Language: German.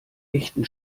echten